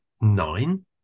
nine